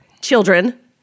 children